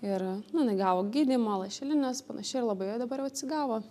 ir nu jinai gavo gydymą lašelines panašiai ir labai jau dabar jau atsigavo